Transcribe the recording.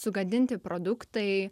sugadinti produktai